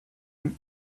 and